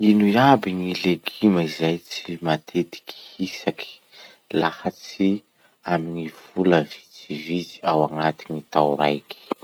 Ino iaby gny leguma zay tsy matetiky hisaky laha tsy amy vola vitsivitsy ao agnatin'ny tao raiky?